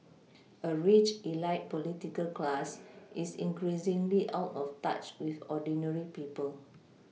a rich Elite political class is increasingly out of touch with ordinary people